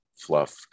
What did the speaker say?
fluff